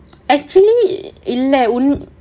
actually இல்ல உன்:illa un